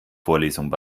vorlesungen